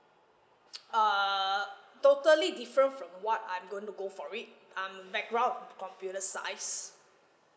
err totally different from what I'm going to go for it I'm background of computer science